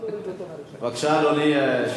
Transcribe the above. בבקשה, אדוני.